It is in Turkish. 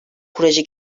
proje